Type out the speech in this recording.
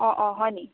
অঁ অঁ হয় নেকি